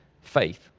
faith